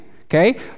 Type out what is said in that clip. okay